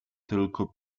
tylko